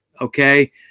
okay